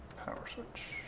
power switch.